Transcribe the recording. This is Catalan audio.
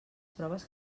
proves